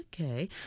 Okay